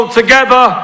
together